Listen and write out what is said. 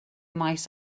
maes